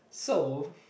so